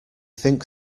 think